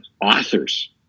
authors